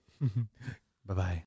Bye-bye